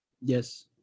Yes